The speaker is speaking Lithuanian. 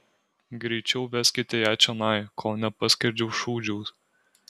greičiau veskite ją čionai kol nepaskerdžiau šūdžiaus